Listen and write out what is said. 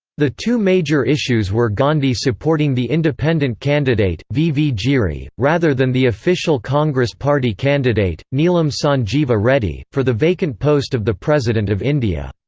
the two major issues were gandhi supporting the independent candidate, v. v. giri, rather than the official congress party candidate, neelam sanjiva reddy, for the vacant post of the president of india.